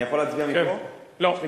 חבר